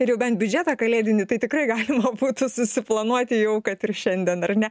ir jau bent biudžetą kalėdinį tai tikrai galima būtų susiplanuoti jau kad ir šiandien ar ne